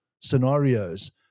scenarios